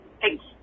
thanks